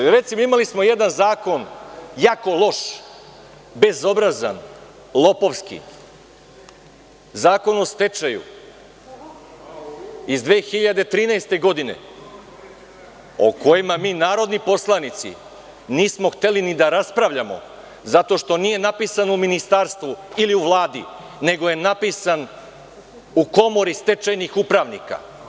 Recimo, imali smo jedan zakon jako loš, bezobrazan, lopovski, Zakon o stečaju iz 2013. godine, o kome mi, narodni poslanici, nismo hteli ni da raspravljamo zato što nije napisan u ministarstvu ili u Vladi, nego je napisan u Komori stečajnih upravnika.